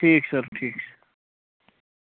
ٹھیٖک چھُ سر ٹھیٖک چھُ